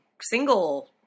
single